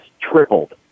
tripled